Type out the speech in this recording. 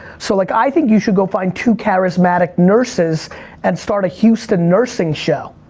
so like i think you should go find two charismatic nurses and start a houston nursing show.